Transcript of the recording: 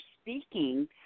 speaking